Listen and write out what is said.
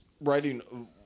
writing